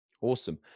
Awesome